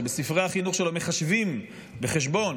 שבספרי החינוך שלו מחשבים בחשבון,